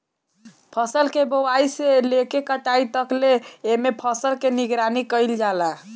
फसल के बोआई से लेके कटाई तकले एमे फसल के निगरानी कईल जाला